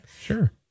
Sure